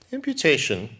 Imputation